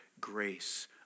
grace